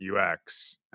UX